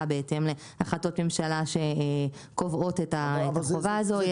בהתאם להחלטות ממשלה שקובעות את החובה הזו.